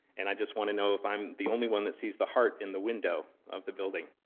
and i just want to know if i'm the only one that sees the heart in the window of the building.